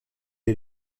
est